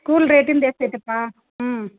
school ರೇಟಿಂದು ಎಷ್ಟು ಐತಪ್ಪ ಹ್ಞೂ